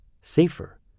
safer